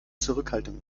zurückhaltung